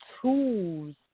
tools